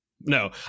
No